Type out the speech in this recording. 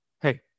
Hey